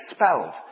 expelled